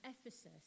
Ephesus